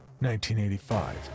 1985